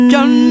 John